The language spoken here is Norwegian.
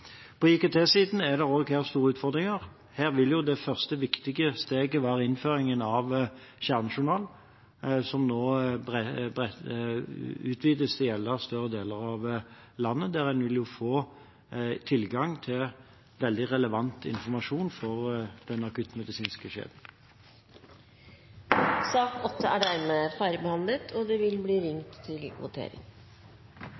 På IKT-siden er det også store utfordringer. Her vil det første viktige steget være innføringen av kjernejournal, som nå utvides til å gjelde større deler av landet, der den akuttmedisinske kjeden vil få tilgang til veldig relevant informasjon. Debatten i sak nr. 8 er avsluttet. Da er Stortinget klar til å gå til votering.